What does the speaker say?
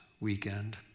weekend